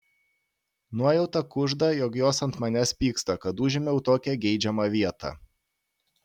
nuojauta kužda jog jos ant manęs pyksta kad užėmiau tokią geidžiamą vietą